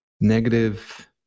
negative